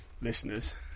listeners